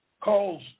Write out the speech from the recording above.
calls